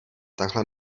takhle